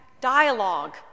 dialogue